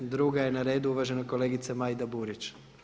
Druga je na redu uvažena kolegica Majda Burić.